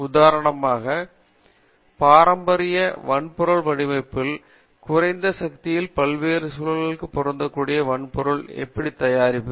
உதாரணமாக பாரம்பரிய வன்பொருள் வடிவமைப்பில் குறைத்த சக்தியில் பல்வேறு சூழல்களுக்கு பொருந்தக்கூடிய வன்பொருள் எவ்வாறு தயாரிப்பது